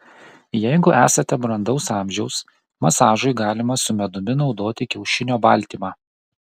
jeigu esate brandaus amžiaus masažui galima su medumi naudoti kiaušinio baltymą